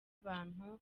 abantu